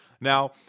Now